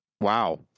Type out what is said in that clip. wow